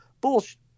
Bullshit